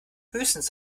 höchstens